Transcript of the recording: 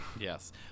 Yes